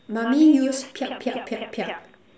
mommy use